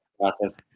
process